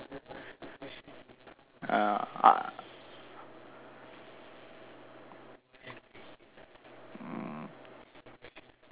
ah